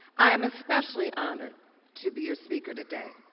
i am especially honored to be your speaker today.